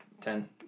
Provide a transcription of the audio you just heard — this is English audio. Ten